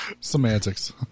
Semantics